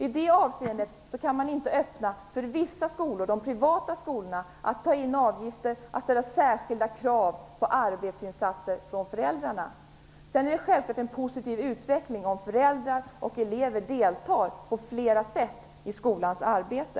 I det avseendet kan man inte öppna för vissa skolor, de privata skolorna, att ta in avgifter eller ställa särskilda krav på arbetsinsatser från föräldrarna. Sedan är det självklart en positiv utveckling om föräldrar och elever deltar på flera sätt i skolans arbete.